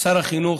שר החינוך,